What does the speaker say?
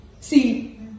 See